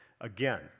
Again